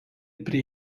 prie